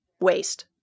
waste